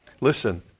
Listen